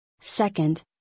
Second